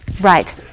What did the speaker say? Right